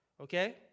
Okay